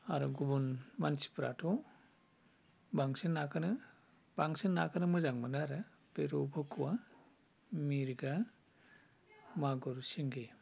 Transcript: आरो गुबुन मानसिफ्राथ' बांसिन नाखौनो बांसिन नाखौनो मोजां मोनो आरो बे रौ बखुवा मिरगा मागुर सिंगि